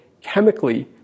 chemically